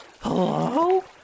Hello